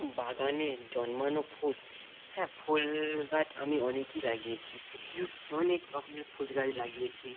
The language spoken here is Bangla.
বাগানে জন্মানো ফুল হ্যাঁ ফুল গাছ আমি অনেকই লাগিয়েছি অনেক রকমের ফুল গাছ লাগিয়েছি